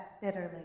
bitterly